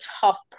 tough